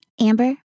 Amber